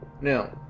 now